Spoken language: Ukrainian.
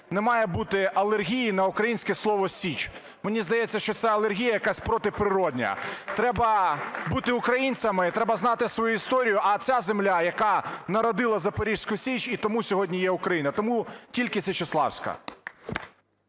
не має бути алергії на українське слово "Січ". Мені здається, що ця алергія якась протиприродна. Треба бути українцями і треба знати свою історію, а ця земля, яка народила Запорізьку Січ, і тому сьогодні є Україна. Тому тільки Січеславська.